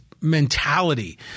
mentality